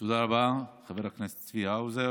תודה רבה, חבר הכנסת צבי האוזר.